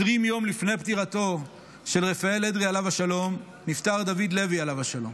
20 יום לפני פטירתו של רפאל אדרי עליו השלום נפטר דוד לוי עליו השלום.